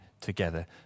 together